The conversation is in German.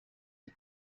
die